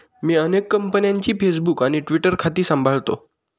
मी अनेक कंपन्यांची फेसबुक आणि ट्विटर खाती सांभाळतो